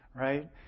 right